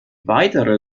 weitere